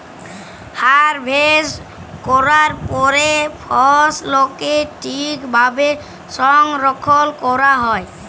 harvest ক্যরার পরে ফসলকে ঠিক ভাবে সংরক্ষল ক্যরা হ্যয়